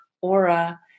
aura